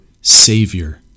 Savior